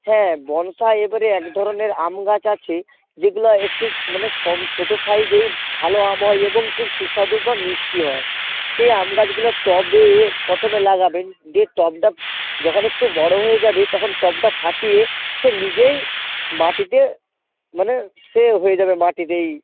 হ্যাঁ বনসাই এবারে এক ধরনের আম গাছ আছে যেগুলো একটু মানে কম ছোটো সাইজেই ভালো আম হয় এবং খুব সুস্বাদু বা মিষ্টি হয় সেই আম গাছগুলো টবে প্রথমে লাগাবেন দিয়ে টবটা যখন একটু বড় হয়ে যাবে তখন টবটা ফাটিয়ে সে নিজেই মাটিতে মানে সে হয়ে যাবে মাটিতেই